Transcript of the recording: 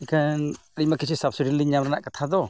ᱤᱠᱷᱟᱹᱱ ᱟᱹᱞᱤᱧᱢᱟ ᱠᱤᱪᱷᱩ ᱥᱟᱵ ᱥᱤᱰᱤ ᱧᱟᱢ ᱨᱮᱭᱟᱜ ᱠᱟᱛᱷᱟ ᱫᱚ